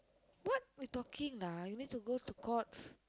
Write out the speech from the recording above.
what you talking lah you need to go to Courts